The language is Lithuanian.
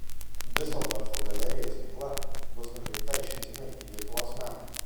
diuseldorfo galerijos veikla bus nukreipta išimtinai į lietuvos meną